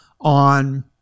on